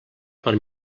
per